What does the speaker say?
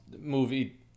movie